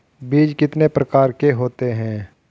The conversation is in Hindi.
बीज कितने प्रकार के होते हैं?